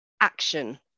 action